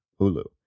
Hulu